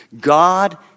God